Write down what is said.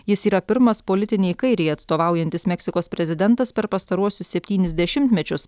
jis yra pirmas politinei kairei atstovaujantis meksikos prezidentas per pastaruosius septynis dešimtmečius